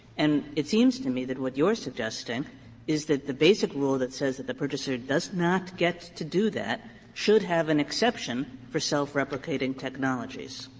and it seems to me that what you're suggesting is that the basic rule that says that the purchaser does not get to do that should have an exception for self-replicating technologies.